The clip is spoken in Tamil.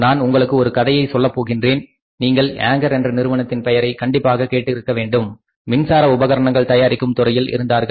நான் உங்களுக்கு ஒரு கதையைச் சொல்லப் போகின்றேன் நீங்கள் ஏங்கர் என்ற நிறுவனத்தின் பெயரை கண்டிப்பாக கேட்டிருக்க வேண்டும் மின்சார உபகரணங்கள் தயாரிக்கும் துறையில் இருந்தார்கள்